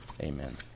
Amen